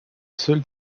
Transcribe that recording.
seul